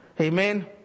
amen